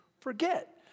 forget